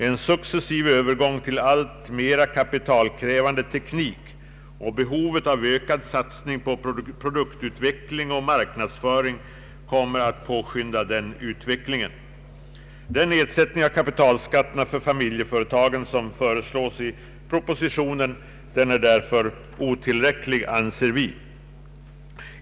En successiv övergång till en alltmera kapitalkrävande teknik och behovet av ökad satsning på produktutveckling och marknadsföring kommer att påskynda denna utveckling. Den nedsättning av kapitalskatterna för familjeföretagen som föreslås i propositionen är därför otillräcklig, anser vi.